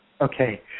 Okay